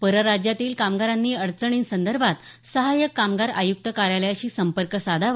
परराज्यातील कामगारांनी अडचणीं संदर्भात सहाय्यक कामगार आयुक्त कायालयाशी संपर्क साधावा